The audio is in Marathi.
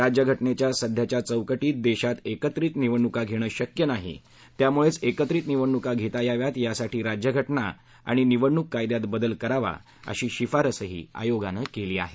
राज्यघटनेच्या सध्याच्या चौकटीत देशात एकत्रित निवडणुका घेणं शक्य नाही त्यामुळेच एकत्रित निवडणुका घेता याव्यात यासाठी राज्यघटना आणि निवडणुक कायद्यात बदल करावा अशी शिफारसही आयोगानं केली आहे